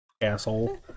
Asshole